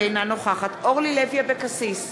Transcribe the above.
אינה נוכחת אורלי לוי אבקסיס,